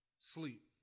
sleep